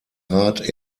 rat